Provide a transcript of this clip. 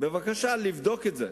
בבקשה לבדוק את זה.